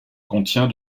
contient